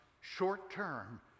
short-term